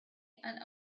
and